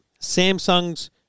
Samsung's